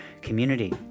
community